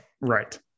right